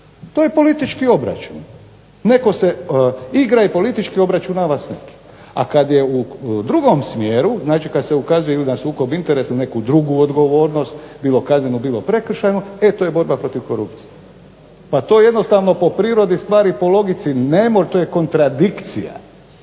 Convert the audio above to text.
To je politički obračun. Netko se igra i politički obračunava s nekim. A kada je u drugom smjeru, znači kada se ukazuje na sukob interesa ili neku drugu odgovornost bilo kaznenu bilo prekršajnu, e to je borba protiv korupcije. Pa to jednostavno po prirodi stvari, po logici to je kontradikcija.